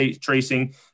tracing